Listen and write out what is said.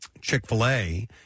Chick-fil-A